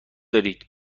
دارید